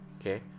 okay